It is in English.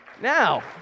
Now